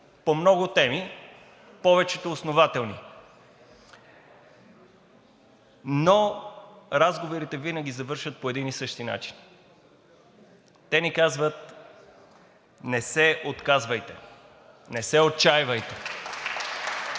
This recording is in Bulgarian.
по много теми – повечето основателни, но разговорите винаги завършват по един и същи начин – те ни казват: не се отказвайте, не се отчайвайте.